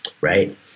right